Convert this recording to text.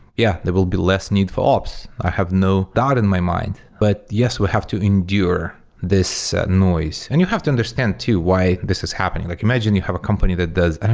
yeah, there will be less need for ops. i have no doubt in my mind. but, yes, we have to endure this noise. and you have to understand too why this is happening. like imagine you have a company that does i